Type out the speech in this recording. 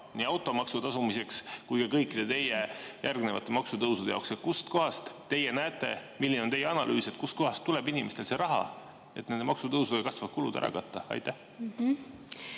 nii automaksu tasumiseks kui ka kõikide teie järgnevate maksutõusude jaoks? Kust kohast teie näete? Milline on teie analüüs, kust kohast tuleb inimestel see raha, et maksutõusuga kasvavad kulud ära katta? Aitäh,